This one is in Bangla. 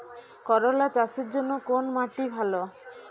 করলা চাষের জন্য কোন মাটি ভালো?